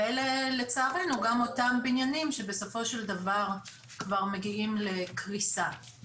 ואלה לצערנו גם אותם בניינים שבסופו של דבר כבר מגיעים לקריסה.